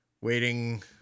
Waiting